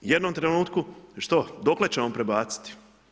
U jednom trenutku što, dokle ćemo prebaciti?